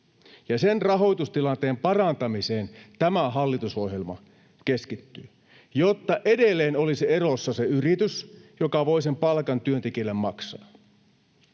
Sen rahoitustilanteen parantamiseen tämä hallitusohjelma keskittyy, jotta edelleen olisi elossa se yritys, joka voi palkan työntekijälle maksaa.